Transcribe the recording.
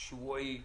שבועי?